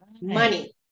Money